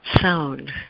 sound